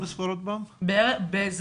זה המספר הכולל, אבל